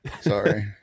Sorry